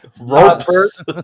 Ropes